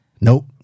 Nope